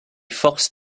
forces